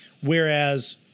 whereas